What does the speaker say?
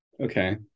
Okay